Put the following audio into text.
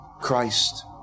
Christ